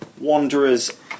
Wanderers